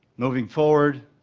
moving forward,